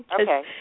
Okay